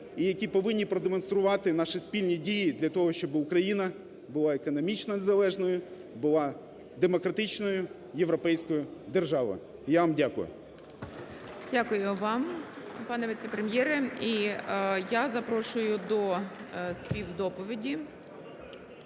і які повинні продемонструвати наші спільні дії для того, щоб Україна була економічно незалежною, була демократичною європейською державою. Я вам дякую. ГОЛОВУЮЧИЙ. Дякую вам, пане віце-прем'єре. І я запрошую до співдоповіді